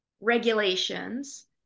regulations